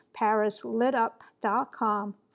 parislitup.com